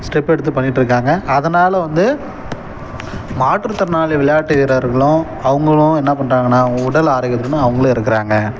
step எடுத்து பண்ணிகிட்ருக்காங்க அதனாலே வந்து மாற்றுத்திறனாளி விளையாட்டு வீரர்களும் அவங்களும் என்ன பண்ணுறாங்கன்னா உடல் ஆரோக்கியத்துடனும் அவங்களும் இருக்கிறாங்க